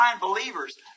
believers